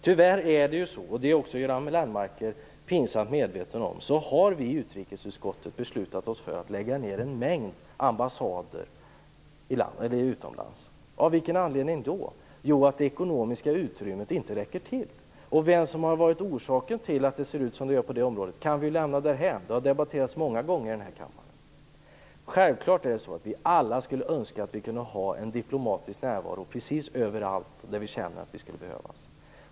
Tyvärr är det ju så, och det är också Göran Lennmarker pinsamt medveten om, att vi i utrikesutskottet har beslutat att lägga ned en mängd ambassader utomlands. Av vilken anledning? Jo, att det ekonomiska utrymmet inte räcker till. Vem som har varit orsak till att det ser ut som det gör på det området kan vi lämna därhän; det har debatterats många gånger här i kammaren. Självklart skulle vi alla önska att vi kunde ha diplomatisk närvaro precis överallt där vi känner att vi skulle behövas.